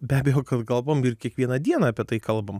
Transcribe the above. be abejo kad kalbam ir kiekvieną dieną apie tai kalbam